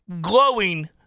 glowing